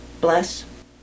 bless